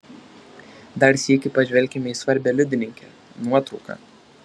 dar sykį pažvelkime į svarbią liudininkę nuotrauką